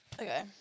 okay